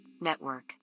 network